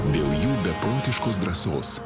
dėl jų beprotiškos drąsos